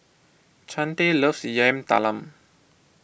Chante loves Yam Talam